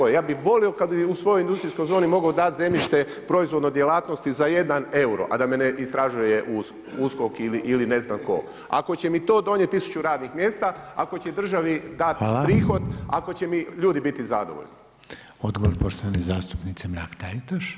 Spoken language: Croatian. Ja bih volio kada bi u svojoj industrijskoj zoni mogao dati zemljište proizvodnoj djelatnosti za jedan euro, a da me ne istražuje USKOK ili ne znam tko, ako će mi to donijeti tisuću radnih mjesta, ako će državi dati prihod, ako će mi ljudi biti zadovoljni.